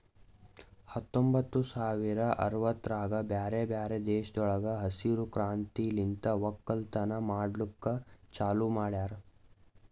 ಹತ್ತೊಂಬತ್ತು ಸಾವಿರ ಅರವತ್ತರಾಗ್ ಬ್ಯಾರೆ ಬ್ಯಾರೆ ದೇಶಗೊಳ್ದಾಗ್ ಹಸಿರು ಕ್ರಾಂತಿಲಿಂತ್ ಒಕ್ಕಲತನ ಮಾಡ್ಲುಕ್ ಚಾಲೂ ಮಾಡ್ಯಾರ್